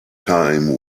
time